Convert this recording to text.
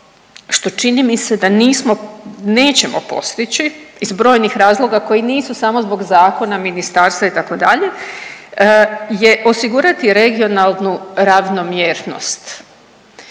što čini mi se da nismo, nećemo postići iz brojnih razloga koji nisu samo zbog zakona, ministarstva itd. je osigurati regionalnu ravnomjernost.